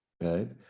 right